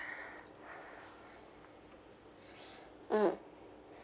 mm